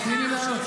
תני לי לענות.